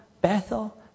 Bethel